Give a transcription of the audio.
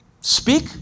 Speak